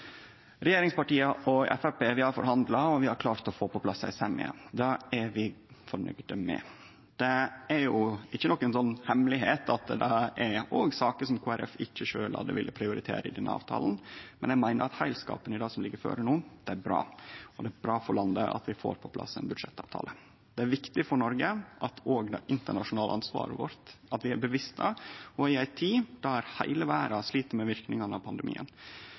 Regjeringspartia og Framstegspartiet har forhandla, og vi har klart å få på plass ei semje. Det er vi fornøgde med. Det er ikkje noka hemmelegheit at det òg er saker som Kristeleg Folkeparti ikkje sjølv hadde vilja prioritere i denne avtalen, men eg meiner at heilskapen i det som ligg føre no, er bra. Det er bra for landet at vi får på plass ein budsjettavtale. Det er viktig for Noreg at vi òg er bevisste det internasjonale ansvaret vårt i ei tid der heile verda slit med verknadene av pandemien.